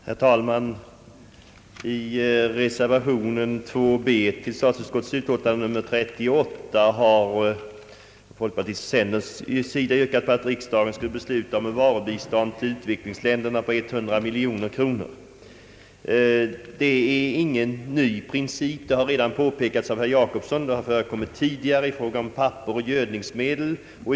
Herr talman! I reservation 2 b har folkpartiets och centerns representanter yrkat att riksdagen skulle besluta om ett varubistånd till utvecklingsländerna på 100 miljoner kronor. Det är inte fråga om någon ny princip, vilket herr Jacobsson redan påpekat; sådant bistånd har förekommit tidigare i fråga om papper och gödningsmedel.